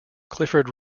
clifford